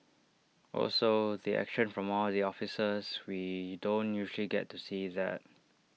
also the action from all the officers we don't usually get to see that